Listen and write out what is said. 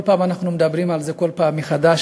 כל פעם אנחנו מדברים על זה, כל פעם מחדש.